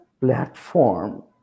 platform